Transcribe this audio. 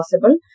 possible